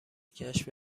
کشف